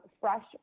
fresh